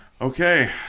okay